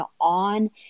on